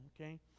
okay